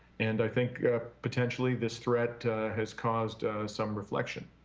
and i think potentially this threat has caused some reflection.